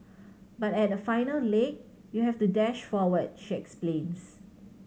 but at the final leg you have to dash forward she explains